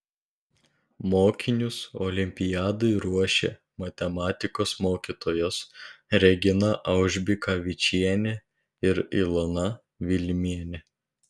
mokinius olimpiadai ruošė matematikos mokytojos regina aužbikavičienė ir ilona vilimienė